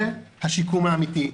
זה השיקום האמיתי.